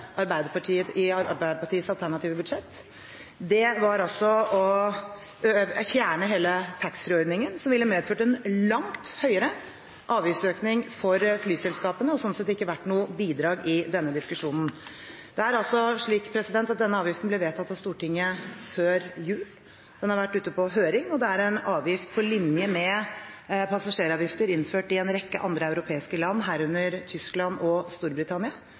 i Arbeiderpartiets alternative budsjett var å fjerne hele taxfree-ordningen, noe som ville medført en langt høyere avgiftsøkning for flyselskapene, og som sånn sett ikke ville vært noe bidrag i denne diskusjonen. Denne avgiften ble vedtatt av Stortinget før jul. Den har vært ute på høring, og det er en avgift på linje med passasjeravgifter innført i en rekke andre europeiske land, herunder Tyskland og Storbritannia,